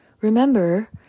Remember